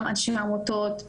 גם אנשי עמותות,